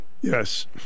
Yes